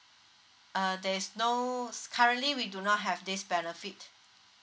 uh there's no currently we do not have this benefit